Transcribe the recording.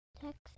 Texas